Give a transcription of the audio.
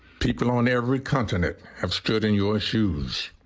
people on every continent has stood in your shoes.